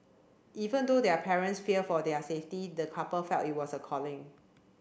even though their parents feared for their safety the couple felt it was a calling